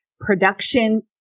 production